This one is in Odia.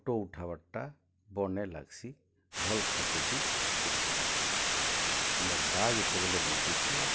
ଫଟୋ ଉଠାବାର୍ଟା ବନେ ଲାଗ୍ସି ଭଲ୍ ଫଟୋ ବି ଉଠାସିଁ ମୋର୍ ବା ଯେତେବେଲେ ବଞ୍ଚିଥିଲା